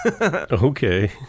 Okay